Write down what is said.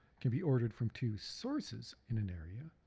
can be ordered from two sources in an area,